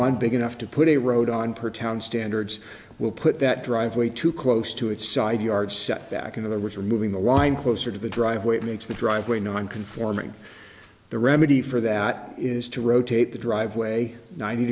on big enough to put a road on per town standards will put that driveway too close to its side yard setback in other words removing the line closer to the driveway it makes the driveway non conforming the remedy for that is to rotate the driveway ninety